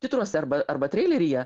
titruose arba arba treileryje